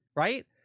Right